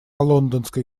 лондонской